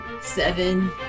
Seven